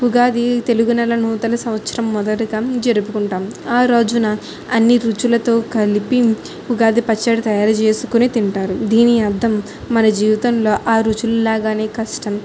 ఉగాది తెలుగునెల నూతన సంవత్సరం మొదటిగా జరుపుకుంటాం ఆ రోజున అన్ని రుచులతో కలిపి ఉగాది పచ్చడి తయారు చేసుకుని తింటారు దీని అర్ధం మన జీవితంలో ఆ రుచుల లాగానే కష్టం